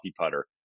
putter